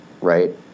right